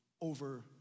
over